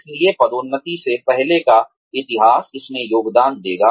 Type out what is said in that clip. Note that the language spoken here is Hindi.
इसलिए पदोन्नति से पहले का इतिहास इसमें योगदान देगा